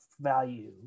value